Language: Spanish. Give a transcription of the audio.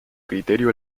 criterio